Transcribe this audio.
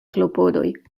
klopodoj